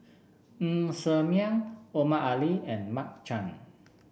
Ng Ser Miang Omar Ali and Mark Chan